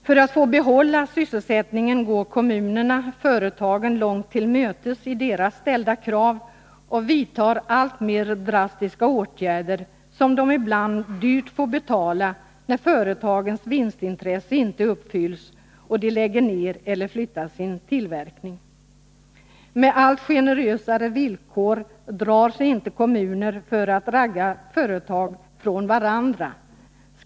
För att få behålla sysselsättningen går kommunerna företagen långt till mötes i deras ställda krav och vidtar alltmer drastiska åtgärder, som man ibland dyrt får betala när företagens vinstintresse inte uppfylls och de lägger ner eller flyttar sin tillverkning. Kommuner drar sig inte för att med allt generösare villkor ”ragga” företag från varandra.